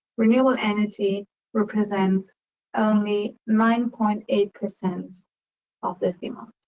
renewable energy represents only nine point eight percent of this demand